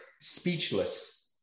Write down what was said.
speechless